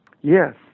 Yes